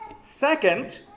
Second